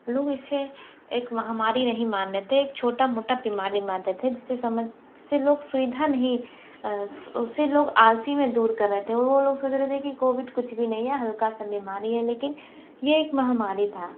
लोग इसे एक महामारी नहीं मान रहे थे एक छोटा मोटा बीमारी मानते थे जिससे लोग सुविधा नहीं उससे लोग आलसी में दूर कर रहे थे और वो लोग सोच रहे थे कि कोविड भी नहीं है हल्का सा बीमारी है लेकिन यह एक महामारी था